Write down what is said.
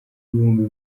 ibihumbi